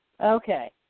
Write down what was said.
Okay